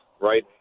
right